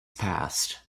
passed